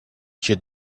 you